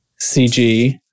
CG